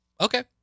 Okay